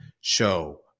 Show